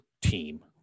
team